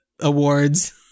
awards